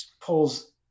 pulls